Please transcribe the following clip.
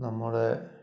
നമ്മുടെ